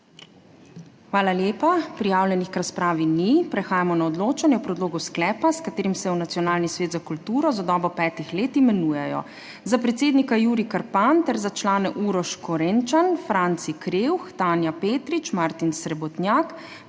Hvala lepa. Prijavljenih k razpravi ni. Prehajamo na odločanje o predlogu sklepa, s katerim se v Nacionalni svet za kulturo za dobo petih let imenujejo za predsednika Jurij Krpan ter za člane Uroš Korenčan, Franci Krevh, Tanja Petrič, Martin Srebotnjak,